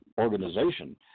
organization